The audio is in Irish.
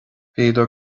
bhíodar